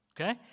okay